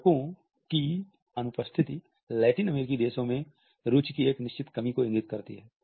चित्रको की अनुपस्थिति लैटिन अमेरिकी देशों में रुचि की एक निश्चित कमी को इंगित करती है